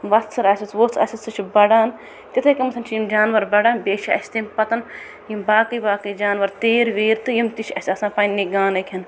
ؤژھٕر آسٮ۪س ووٚژھ آسٮ۪س سُہ چھُ بَڑان تِتھے کانٮ۪تھ چھِ یِم جانوَر بَڑان بییٚہِ چھِ اسہِ تمہِ پَتہٕ یِم باقٕے باقٕے جانوَر تیٖر ویٖر تہٕ یِم تہِ چھِ اسہِ آسان پننہِ گانٕکۍ ہَن